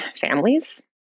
families